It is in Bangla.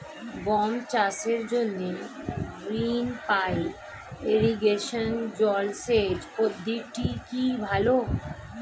গম চাষের জন্য রেইন পাইপ ইরিগেশন জলসেচ পদ্ধতিটি কি ভালো?